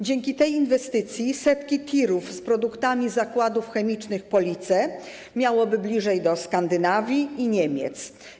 Dzięki tej inwestycji setki tirów z produktami Zakładów Chemicznych Police miałoby bliżej do Skandynawii i Niemiec.